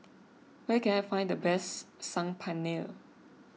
where can I find the best Saag Paneer